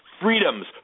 freedoms